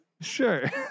Sure